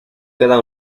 queda